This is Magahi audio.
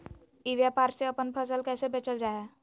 ई व्यापार से अपन फसल कैसे बेचल जा हाय?